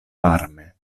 varme